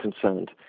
concerned